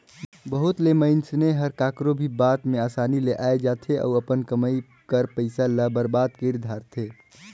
बहुत ले मइनसे हर काकरो भी बात में असानी ले आए जाथे अउ अपन कमई कर पइसा ल बरबाद कइर धारथे